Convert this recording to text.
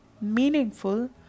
meaningful